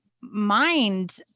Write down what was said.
mind